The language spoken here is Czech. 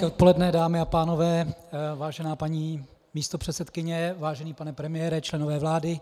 Hezké odpoledne, dámy a pánové, vážená paní místopředsedkyně, vážený pane premiére, členové vlády.